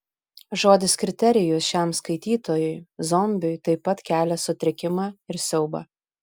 žodis kriterijus šiam skaitytojui zombiui taip pat kelia sutrikimą ir siaubą